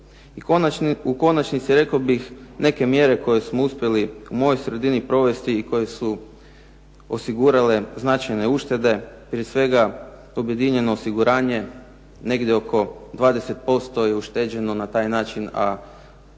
u konačnici rekao bih neke mjere koje smo uspjeli u mojoj sredini provesti i koje su osigurale značajne uštede, prije svega objedinjeno osiguranje, negdje oko 20% je ušteđeno na taj način, a